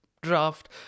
draft